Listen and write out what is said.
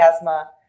asthma